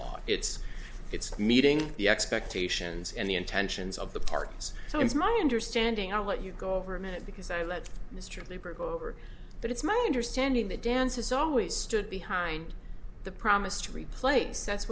law it's it's meeting the expectations and the intentions of the parties so it's my understanding of what you go over a minute because i let mr labor go over but it's my understanding that dance has always stood behind the promise to replace that